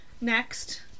Next